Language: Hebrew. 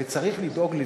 וצריך לדאוג לזה.